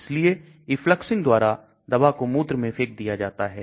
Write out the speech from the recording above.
इसलिए effluxing द्वारा दवा को मूत्र में फेंक दिया जाता है